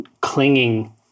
clinging